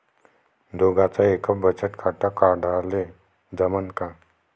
दोघाच एकच बचत खातं काढाले जमनं का?